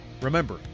remember